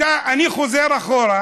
אני חוזר אחורה,